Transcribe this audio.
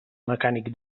mecànic